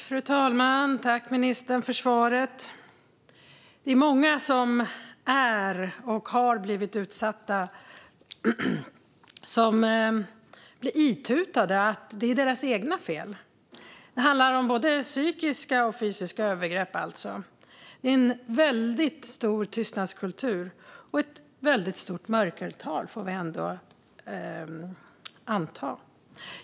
Fru talman! Tack för svaret, ministern! Det är många som är och har blivit utsatta som blir itutade att det är deras eget fel. Det handlar om både psykiska och fysiska övergrepp. Det är en väldigt stor tystnadskultur - och ett väldigt stort mörkertal, får vi anta.